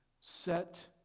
set